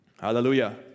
Hallelujah